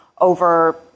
over